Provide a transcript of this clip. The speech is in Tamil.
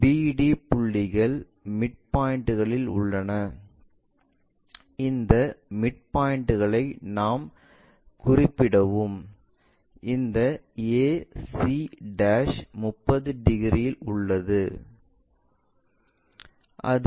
BD புள்ளிகள் மிட் பாயிண்ட்களில் உள்ளன இந்த மிட் பாயிண்ட்களை நாம் குறிப்பிடவும் இந்த ac 30 டிகிரி இல் உள்ளது